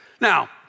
Now